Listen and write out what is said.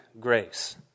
grace